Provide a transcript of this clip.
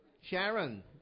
Sharon